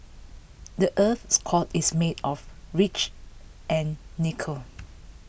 the Earth's score is made of rich and nickel